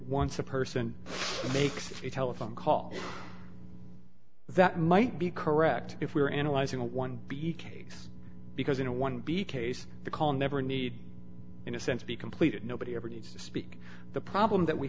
once a person makes a telephone call that might be correct if we were analyzing a one b case because in a one b case the call never need in a sense be completed nobody ever needs to speak the problem that we